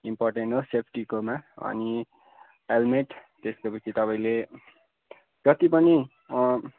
important हो सेफ्टीकोमा अनि हेलमेट त्यसको पछि तपाईँले जति पनि